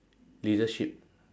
leadership